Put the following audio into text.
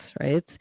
right